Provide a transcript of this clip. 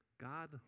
God